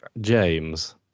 james